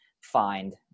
find